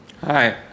Hi